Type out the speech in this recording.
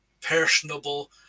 personable